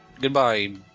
Goodbye